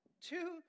Two